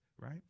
right